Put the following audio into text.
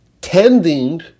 tending